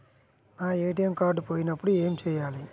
నా ATM card పోయినప్పుడు ఏమి చేయాలి?